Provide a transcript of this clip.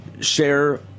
share